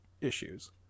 issues